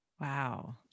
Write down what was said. Wow